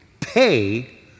pay